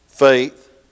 faith